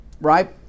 right